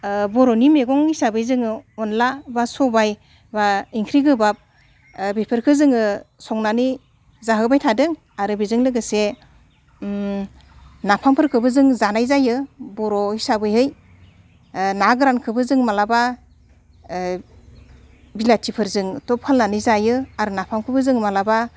बर'नि मैगं हिसाबै जोङो अनद्ला बा सबाय बा इंख्रि गोबाब बेफोरखो जोङो संनानै जाहोबाय थादों आरो बेजों लोगोसे नाफामफोरखोबो जों जानाय जायो बर' हिसाबैहै ना गोरानखोबो जों माब्लाबा बिलाथिफोरजों थख खालायनानै जायो आरो नाफामखोबो जों माब्लाबा